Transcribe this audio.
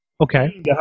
okay